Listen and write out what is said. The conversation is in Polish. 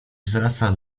wzrasta